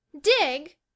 dig